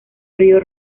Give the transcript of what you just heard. río